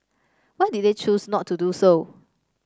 why did they choose not to do so